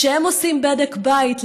כשהם עושים בדק בית,